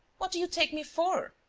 what do you take me for?